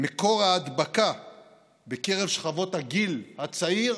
מקור ההדבקה בקרב שכבות הגיל הצעיר